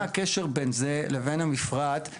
מה הקשר בין זה לבין המפרט?